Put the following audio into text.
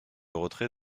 retrait